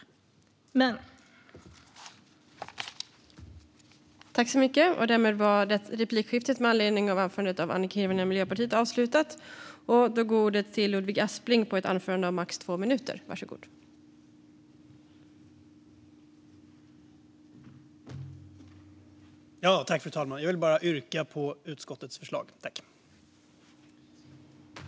Riksrevisionens rapport om spårbyte i migrationsprocessen - kontroller och upp-följning